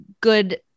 good